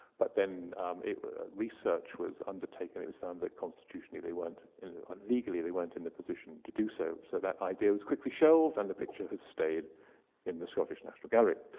but then research was undertaken. it was found that constitutionally they weren't, ah legally they weren't in a position to do so. so that idea was quickly shelved, and the picture has stayed in the scottish national gallery.